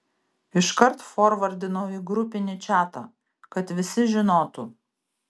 iškart forvardinau į grupinį čatą kad visi žinotų